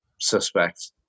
suspect